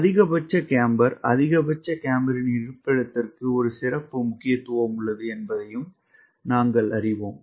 அதிகபட்ச கேம்பர் அதிகபட்ச கேம்பரின் இருப்பிடத்திற்கு ஒரு சிறப்பு முக்கியத்துவம் உள்ளது என்பதையும் நாங்கள் அறிவோம்